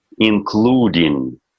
Including